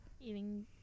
eating